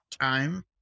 time